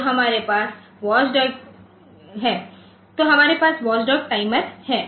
तो हमारे पास वॉचडॉग टाइमर है